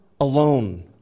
alone